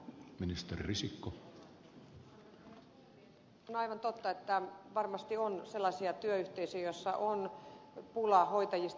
on aivan totta että varmasti on sellaisia työyhteisöjä joissa on pula hoitajista